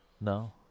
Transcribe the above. No